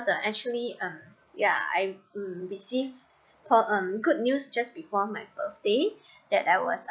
the actually um yeah I received for a good news just before my birthday that I was um